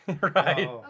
Right